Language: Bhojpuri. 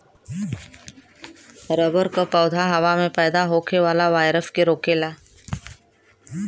रबर क पौधा हवा में पैदा होखे वाला वायरस के रोकेला